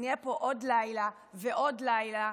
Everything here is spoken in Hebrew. ונהיה פה עוד לילה ועוד לילה,